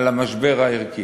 על המשבר הערכי,